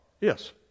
Yes